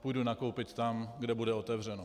Půjdu nakoupit tam, kde bude otevřeno.